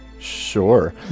Sure